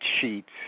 sheets